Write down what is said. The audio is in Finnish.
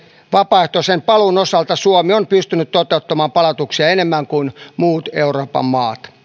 vapaaehtoisen paluun osalta suomi on pystynyt toteuttamaan palautuksia enemmän kuin muut euroopan maat